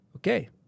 Okay